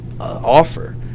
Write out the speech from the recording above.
offer